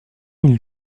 mille